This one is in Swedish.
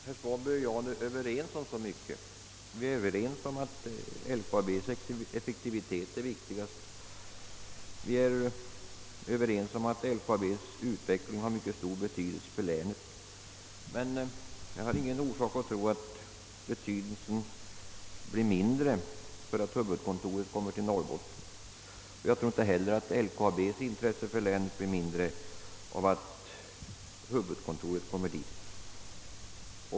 Herr Svanberg och jag är överens i så mycket, Båda anser vi att LKAB:s effektivitet är viktigast och att LKAB:s utveckling är av mycket stor betydelse för länet, men jag har ingen orsak att tro att betydelsen blir mindre därför att huvudkontoret förläggs till Norrbotten, och jag tror inte heller att LKAB:s intresse för länet blir mindre av att huvudkontoret kommer dit.